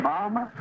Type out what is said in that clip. Mama